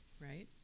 right